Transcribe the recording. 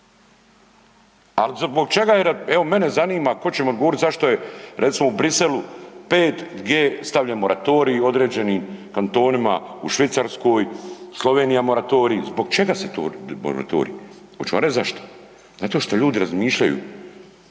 ali zbog čega, evo mene zanima tko će im odgovoriti zašto je recimo u Bruxellesu 5G stavljen moratorij određenim kantonima u Švicarskoj, u Sloveniji moratorij. Zbog čega moratorij? Hoću vam reći zašto? Zato što ljudi razmišljaju